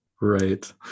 Right